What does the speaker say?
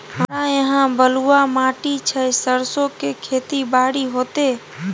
हमरा यहाँ बलूआ माटी छै सरसो के खेती बारी होते?